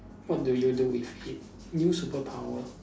what do you do with it new superpower